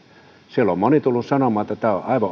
on moni tullut sanomaan että tämä sopimus on aivan